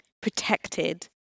protected